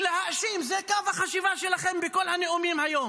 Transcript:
ולהאשים, זה קו החשיבה שלכם בכל הנאומים היום,